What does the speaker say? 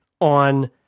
on